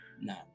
No